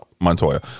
Montoya